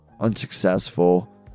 unsuccessful